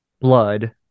blood